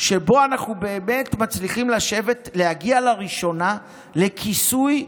שבו אנחנו באמת מצליחים להגיע לראשונה לכיסוי,